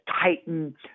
tighten